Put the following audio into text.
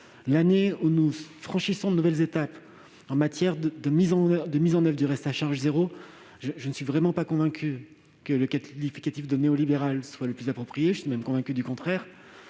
nous avons franchi de nouvelles étapes en matière de mise en oeuvre du reste à charge zéro. Dès lors, je ne suis vraiment pas convaincu que le qualificatif « néolibéral » soit le plus approprié ! Je suis même convaincu du contraire.